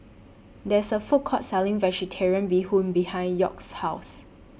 There IS A Food Court Selling Vegetarian Bee Hoon behind York's House